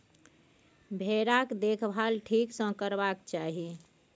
भेराक देखभाल ठीक सँ करबाक चाही